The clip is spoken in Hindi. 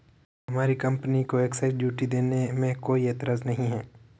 हमारी कंपनी को एक्साइज ड्यूटी देने में कोई एतराज नहीं है